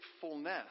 faithfulness